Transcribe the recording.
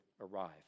arrive